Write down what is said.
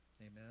Amen